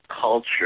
culture